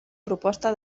proposta